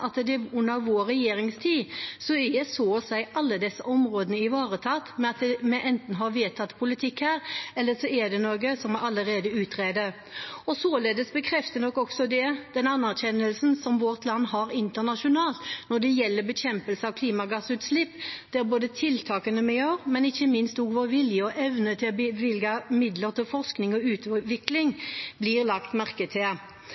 at under vår regjeringstid er så å si alle disse områdene ivaretatt, enten ved at vi har vedtatt politikk her, eller at det er noe vi allerede utreder. Således bekreftes nok også den anerkjennelsen som vårt land har internasjonalt når det gjelder bekjempelse av klimagassutslipp. Tiltakene vi gjør og ikke minst vår vilje og evne til å bevilge midler til forskning og utvikling, blir lagt merke til.